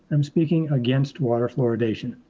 i'm speaking against water fluoridation.